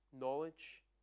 knowledge